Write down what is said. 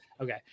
Okay